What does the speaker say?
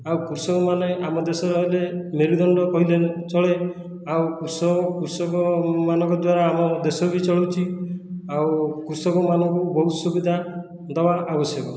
ଆଉ କୃଷକମାନେ ଆମ ଦେଶରେ ମେରୁଦଣ୍ଡ କହିଲେ ଚଳେ ଆଉ କୃଷକ କୃଷକମାନଙ୍କ ଦ୍ୱାରା ଆମ ଦେଶ ବି ଚଳୁଛି ଆଉ କୃଷକମାନଙ୍କୁ ବହୁତ ସୁବିଧା ଦେବା ଆବଶ୍ୟକ